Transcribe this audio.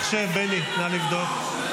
מחשב, נא לבדוק.